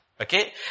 Okay